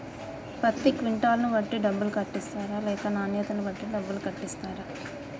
పత్తి క్వింటాల్ ను బట్టి డబ్బులు కట్టిస్తరా లేక నాణ్యతను బట్టి డబ్బులు కట్టిస్తారా?